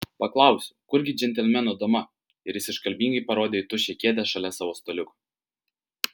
paklausiau kur gi džentelmeno dama ir jis iškalbingai parodė į tuščią kėdę šalia savo staliuko